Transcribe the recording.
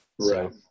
Right